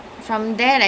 oh okay